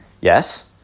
yes